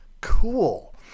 Cool